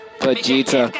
Vegeta